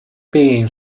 being